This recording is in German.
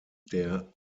der